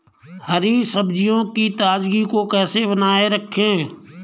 हरी सब्जियों की ताजगी को कैसे बनाये रखें?